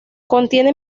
contiene